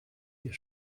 ihr